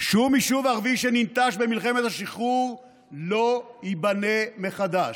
שום יישוב ערבי שננטש במלחמת השחרור לא ייבנה מחדש.